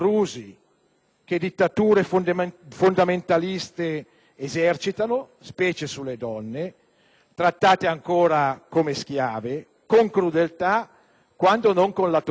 che dittature fondamentaliste esercitano - in special modo sulle donne, trattate ancora come schiave - con crudeltà quando non con la tortura.